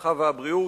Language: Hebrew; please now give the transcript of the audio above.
הרווחה והבריאות,